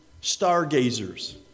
stargazers